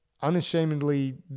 unashamedly